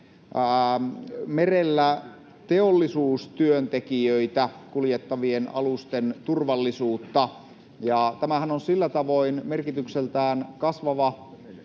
merellä teollisuustyöntekijöitä kuljettavien alusten turvallisuutta. Tämähän on sillä tavoin merkitykseltään kasvava